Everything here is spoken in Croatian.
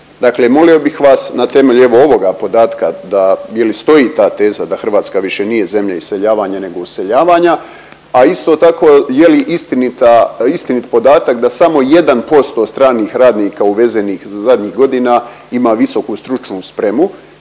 molio bih vas na temelju evo ovoga podatka da je li stoji ta teza da Hrvatska više nije zemlja iseljavanja nego useljavanja, a isto tako je li istinita, istinit podatak da samo 1% stranih radnika uvezenih zadnjih godina ima visoku stručnu spremu